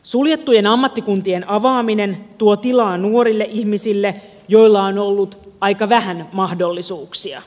suljettujen ammattikuntien avaaminen tuo tilaa nuorille ihmisille joilla on ollut aika vähän mahdollisuuksia